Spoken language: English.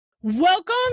Welcome